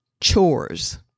chores